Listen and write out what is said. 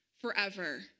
forever